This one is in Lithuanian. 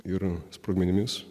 ir sprogmenimis